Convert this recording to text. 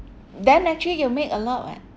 then actually you make a lot [what]